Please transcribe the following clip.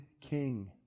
king